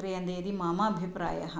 क्रियते इति मम अभिप्रायः